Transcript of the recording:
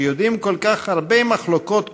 שיודעים כל כך הרבה מחלוקות קוטביות,